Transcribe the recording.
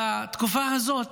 בתקופה הזאת